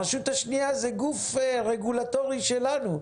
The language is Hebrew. הרשות השנייה זה גוף רגולטורי שלנו,